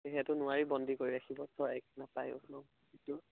যিহেতু নোৱাৰি বন্দী কৰি ৰাখিব চৰাইক নাপায়ো ন সেইটো